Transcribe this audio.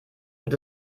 wird